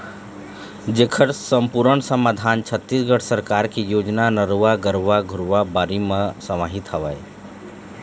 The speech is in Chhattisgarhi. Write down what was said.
जेखर समपुरन समाधान छत्तीसगढ़ सरकार के योजना नरूवा, गरूवा, घुरूवा, बाड़ी म समाहित हवय